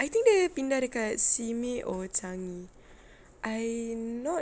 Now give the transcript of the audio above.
I think dia pindah dekat simei or changi I not